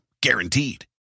Guaranteed